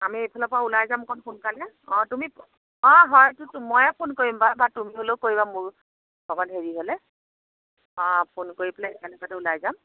আমি এইফালৰ পৰা ওলাই যাম অকণ সোনকালে অঁ তুমি অঁ হয়তোতো ময়ে ফোন কৰিম বাৰু বা তুমি হ'লেও কৰিবা মোৰ অকণ দেৰি হ'লে অঁ ফোন কৰি পেলাই একেলগতে ওলাই যাম